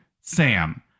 Sam